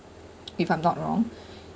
if I'm not wrong